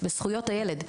בזכויות הילד,